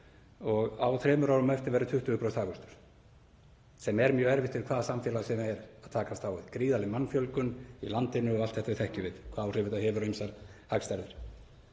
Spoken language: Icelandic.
og að þremur árum á eftir væri 20% hagvöxtur sem er mjög erfitt fyrir hvaða samfélag sem er að takast á við. Gríðarleg mannfjölgun í landinu og allt þetta þekkjum við, hvaða áhrif þetta hefur á ýmsar hagstærðir.